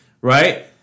right